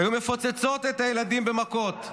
הן היו מפוצצות את הילדים במכות,